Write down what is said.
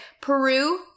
Peru